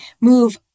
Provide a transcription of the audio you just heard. move